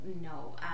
No